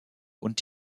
und